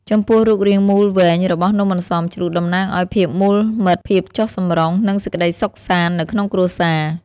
ចំពោះរូបរាងមូលវែងរបស់នំអន្សមជ្រូក តំណាងឲ្យ ភាពមូលមិត្ត ភាពចុះសម្រុង និងសេចក្តីសុខសាន្ត នៅក្នុងគ្រួសារ។